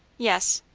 yes.